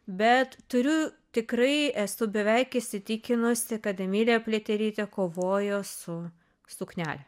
bet turiu tikrai esu beveik įsitikinusi kad emilija pliaterytė kovojo su suknele